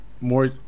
more